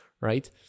right